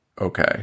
okay